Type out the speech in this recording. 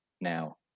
now